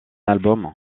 album